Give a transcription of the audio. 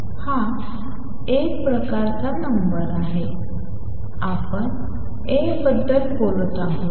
हा एक प्रकारचा नंबर आहे आपण ए बद्दल बोलत आहोत